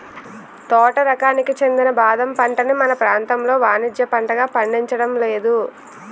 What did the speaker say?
తోట రకానికి చెందిన బాదం పంటని మన ప్రాంతంలో వానిజ్య పంటగా పండించడం లేదు